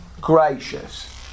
gracious